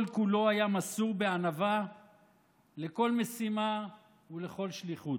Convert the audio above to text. כל-כולו היה מסור בענווה לכל משימה ולכל שליחות.